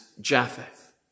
Japheth